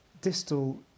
Distal